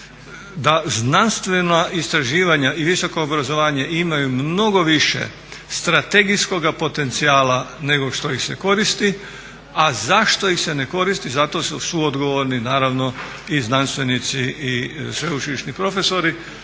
Da znanstvena istraživanja i visoko obrazovanje imaju mnogo više strategijskoga potencijala nego što ih se koristi. A zašto ih se ne koristi zato su suodgovorni naravno i znanstvenici i sveučilišni profesori.